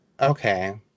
Okay